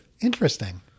Interesting